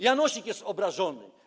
Janosik jest obrażony.